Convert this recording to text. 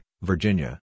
Virginia